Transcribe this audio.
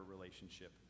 relationship